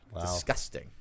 Disgusting